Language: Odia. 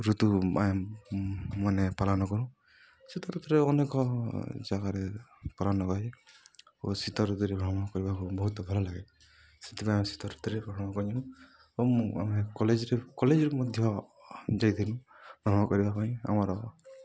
ଋତୁ ଆ ମାନେ ପାଳନ କରୁ ଶୀତ ଋତୁରେ ଅନେକ ଜାଗାରେ ପାଳନ କରାଯାଏ ଓ ଶୀତ ଋତୁରେ ଭ୍ରମଣ କରିବାକୁ ବହୁତ ଭଲଲାଗେ ସେଥିପାଇଁ ଆମେ ଶୀତ ଋତୁରେ ଭ୍ରମଣ କରିଥିଲୁ ଓ ମୁଁ ଆମେ କଲେଜ୍ରେ କଲେଜ୍ରେ ମଧ୍ୟ ଯାଇଥିଲୁ ଭ୍ରମଣ କରିବା ପାଇଁ ଆମର